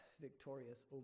victorious